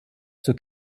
zur